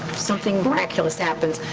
something miraculous happens.